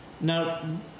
Now